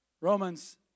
Romans